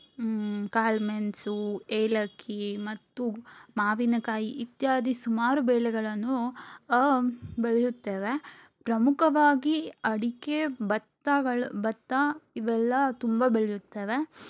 ಕಾಳು ಮೆಣಸು ಏಲಕ್ಕಿ ಮತ್ತು ಮಾವಿನ ಕಾಯಿ ಇತ್ಯಾದಿ ಸುಮಾರು ಬೆಳೆಗಳನ್ನು ಬೆಳೆಯುತ್ತೇವೆ ಪ್ರಮುಖವಾಗಿ ಅಡಿಕೆ ಭತ್ತಗಳು ಭತ್ತ ಇವೆಲ್ಲ ತುಂಬ ಬೆಳೆಯುತ್ತೇವೆ